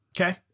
okay